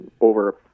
over